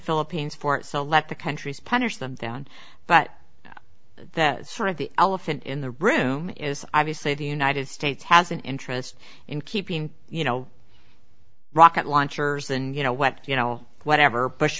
philippines for select the countries punish them down but that sort of the elephant in the room is obviously the united states has an interest in keeping you know rocket launchers and you know what you know whatever